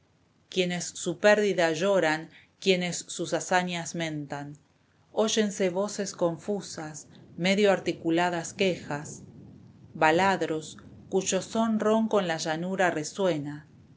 quienes su pérdida lloran quienes sus hazañas mentan oyense voces confusas medio articuladas quejas baladros cuyo son ronco en la llanura resuena